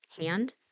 hand